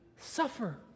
Suffer